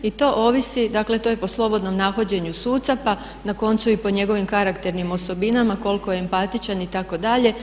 I to ovisi, dakle to je po slobodnom nahođenju suca, pa na koncu i po njegovim karakternim osobinama koliko je empatičan itd.